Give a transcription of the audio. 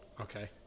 Okay